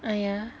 uh yeah